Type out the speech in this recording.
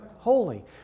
holy